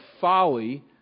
folly